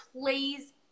please